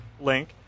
link